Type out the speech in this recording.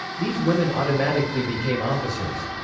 these women automatically became officers.